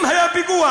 אם היה פיגוע,